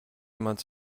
months